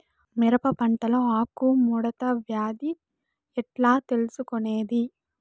మిరప పంటలో ఆకు ముడత వ్యాధి ఎట్లా తెలుసుకొనేది?